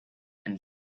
een